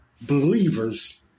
Believers